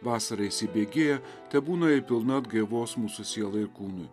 vasara įsibėgėja tebūna ji pilna atgaivos mūsų sielai ir kūnui